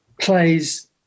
plays